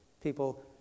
people